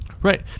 Right